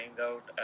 out